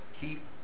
keep